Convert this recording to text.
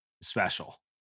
special